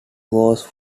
was